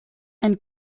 ein